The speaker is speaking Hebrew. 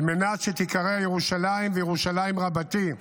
על מנת שתיקרא "ירושלים" ו"ירושלים רבתי".